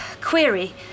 query